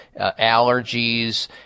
allergies